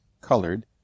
colored